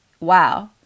Wow